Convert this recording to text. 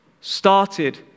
started